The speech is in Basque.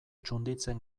txunditzen